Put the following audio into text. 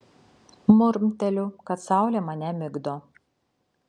murmteliu kad saulė mane migdo